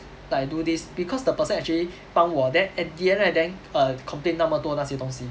like do this because the person actually 帮我 then at the end right then err complain 那么多那些东西